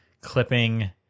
clipping